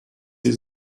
sie